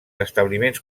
establiments